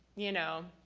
you know,